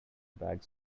bag